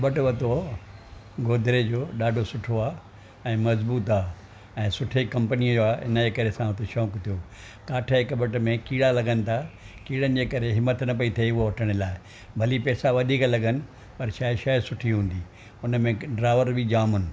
कॿटु वरितो गोद्रेज जो ॾाढो सुठो आहे ऐं मज़बूति आहे ऐं सुठे कंपनीअ जो आहे हिनजे करे असांखे शौंकु थियो काठ जे कॿट में कीड़ा लॻनि था कीड़नि जे करे हिमति न पई थिए उहो वठण लाइ भली पैसा वधीक लॻनि पर शइ शइ सुठी हूंदी उन में ड्रावर बि जाम आहिनि